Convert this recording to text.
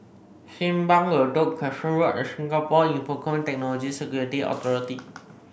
Simpang Bedok Crescent Road and Singapore Infocomm Technology Security Authority